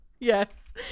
yes